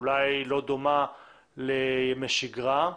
אולי היא לא דומה לימי שגרה,